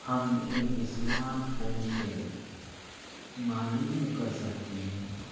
ہم ایک smartphone سے معلوم کر سکتے ہیں